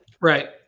Right